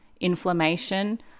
inflammation